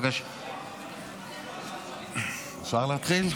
אפשר להתחיל?